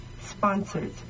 sponsored